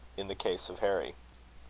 in the case of harry.